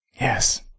yes